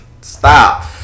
Stop